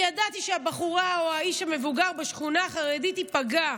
כי ידעתי שהבחורה או האיש המבוגר בשכונה החרדית ייפגעו.